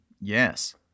Yes